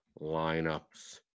lineups